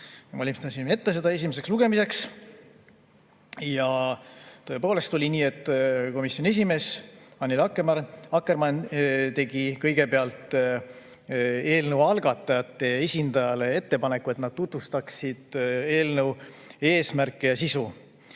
valmistasime seda ette esimeseks lugemiseks. Ja tõepoolest oli nii, et komisjoni esimees Annely Akkermann tegi kõigepealt eelnõu algatajate esindajale ettepaneku, et ta tutvustaks eelnõu eesmärke ja sisu.